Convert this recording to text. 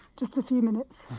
just a few minutes,